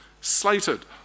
slated